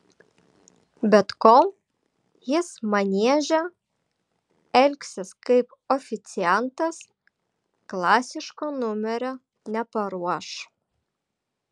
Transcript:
bet kol jis manieže elgsis kaip oficiantas klasiško numerio neparuoš